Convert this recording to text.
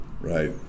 Right